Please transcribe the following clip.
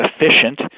efficient